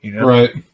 Right